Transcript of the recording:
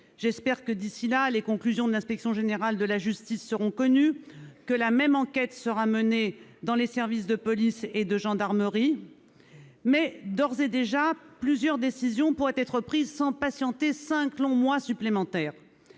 J'espère que, d'ici là, les conclusions de l'Inspection générale de la justice seront connues et que la même enquête sera menée dans les services de police et de gendarmerie. Toutefois, plusieurs décisions pourraient d'ores et déjà être prises, sans devoir patienter cinq longs mois supplémentaires.